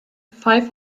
five